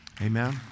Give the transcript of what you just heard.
Amen